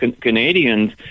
Canadians